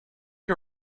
you